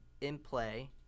In-play